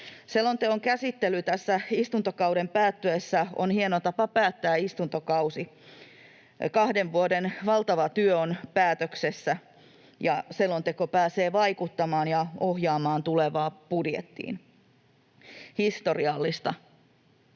Selonteon käsittely tässä istuntokauden päättyessä on hieno tapa päättää istuntokausi. Kahden vuoden valtava työ on päätöksessä, ja selonteko pääsee vaikuttamaan tulevaan budjettiin ja ohjaamaan